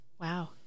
Wow